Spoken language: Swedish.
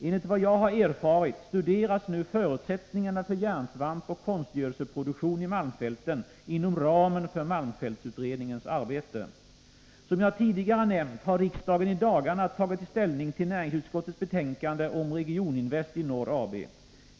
Enligt vad jag erfarit studeras nu förutsättningarna för järnsvampoch konstgödselproduktion i malmfälten inom ramen för malmfältsutredningens arbete. Som jag tidigare nämnt har riksdagen i dagarna tagit ställning till näringsutskottets betänkande om Regioninvest i Norr AB.